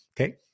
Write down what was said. Okay